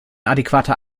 adäquater